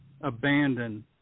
abandon